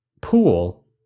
pool